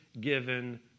given